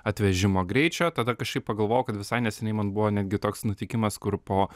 atvežimo greičio tada kažkaip pagalvojau kad visai neseniai man buvo netgi toks nutikimas kur po